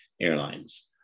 airlines